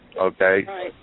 okay